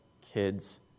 kids